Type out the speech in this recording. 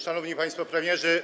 Szanowni Państwo Premierzy!